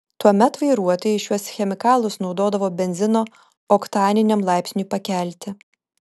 tuomet vairuotojai šiuos chemikalus naudodavo benzino oktaniniam laipsniui pakelti